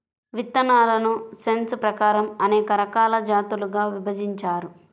విత్తనాలను సైన్స్ ప్రకారం అనేక రకాల జాతులుగా విభజించారు